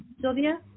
Sylvia